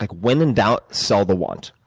like when in doubt, sell the want,